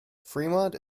fremont